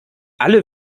alle